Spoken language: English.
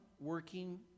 working